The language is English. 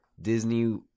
Disney